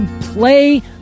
play